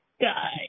guy